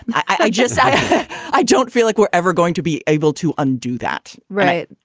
i just i i don't feel like we're ever going to be able to undo that. right.